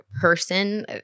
person